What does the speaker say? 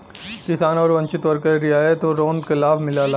किसान आउर वंचित वर्ग क रियायत लोन क लाभ मिलला